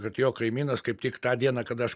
kad jo kaimynas kaip tik tą dieną kada aš